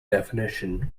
definition